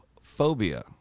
phobia